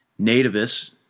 Nativists